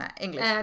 English